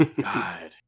God